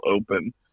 open